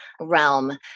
realm